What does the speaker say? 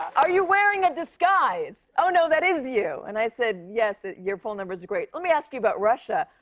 are you wearing a disguise? oh, no, that is you. and i said yes, your poll numbers are great. let me ask you about russia.